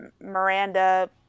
Miranda